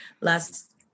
last